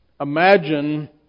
Imagine